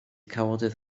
cawodydd